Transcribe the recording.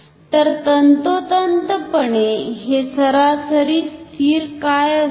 तर तंतोतंत पणे हे सरासरी स्थिर काय असते